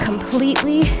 completely